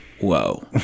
whoa